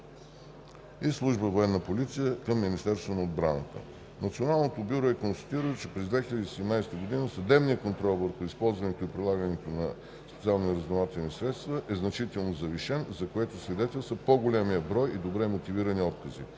и Служба „Военна полиция“ към Министерството на отбраната. Националното бюро е констатирало, че през 2017 г. съдебният контрол върху използването и прилагането на СРС е значително завишен, за което свидетелства по-големият брой и добре мотивирани откази.